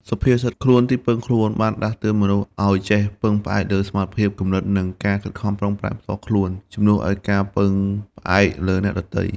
សុភាសិត«ខ្លួនទីពឹងខ្លួន»បានដាស់តឿនមនុស្សឲ្យចេះពឹងផ្អែកលើសមត្ថភាព គំនិត និងការខិតខំប្រឹងប្រែងផ្ទាល់ខ្លួន ជំនួសឲ្យការពឹងផ្អែកលើអ្នកដទៃ។